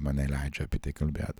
mane leidžia apie tai kalbėt